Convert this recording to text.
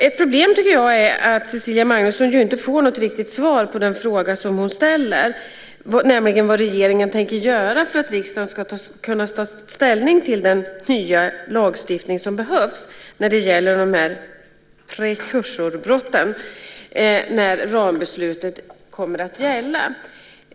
Jag tycker att det är ett problem att Cecilia Magnusson inte får något riktigt svar på den fråga som hon ställer, nämligen vad regeringen tänker göra för att riksdagen ska kunna ta ställning till den nya lagstiftning som behövs för prekursorsbrotten när rambeslutet kommer att gälla.